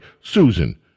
Susan